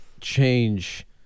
Change